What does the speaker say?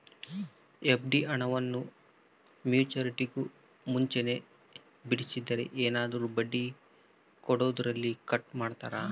FD ಹಣವನ್ನು ಮೆಚ್ಯೂರಿಟಿಗೂ ಮುಂಚೆನೇ ಬಿಡಿಸಿದರೆ ಏನಾದರೂ ಬಡ್ಡಿ ಕೊಡೋದರಲ್ಲಿ ಕಟ್ ಮಾಡ್ತೇರಾ?